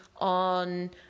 on